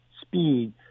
speed